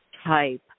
type